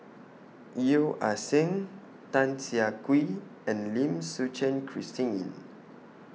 Yeo Ah Seng Tan Siah Kwee and Lim Suchen Christine